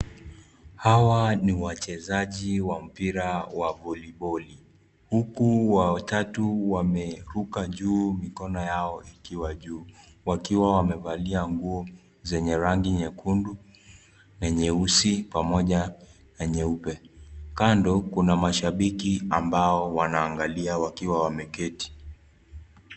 Hawa ni wachezaji wa mpira wa voliboli huku watatu wameruka juu mikono yao ikiwa juu wakiwa wamevalia nguo zenye rangi nyekundu na nyeusi pamoja na nyeupe . Kando kunamashabiki ambao wanaangalia wakiwa wameketi.